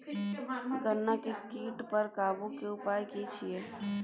गन्ना के कीट पर काबू के उपाय की छिये?